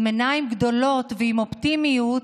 עם עיניים גדולות ועם אופטימיות,